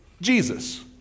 Jesus